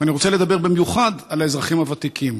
אני רוצה לדבר במיוחד על האזרחים הוותיקים,